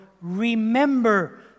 remember